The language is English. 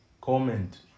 Comment